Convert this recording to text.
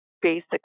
basic